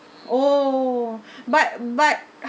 oh but but